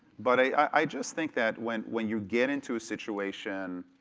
but i just think that when when you get into a situation